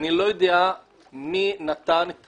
איני יודע מי נתן את